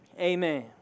Amen